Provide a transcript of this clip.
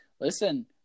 listen